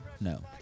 No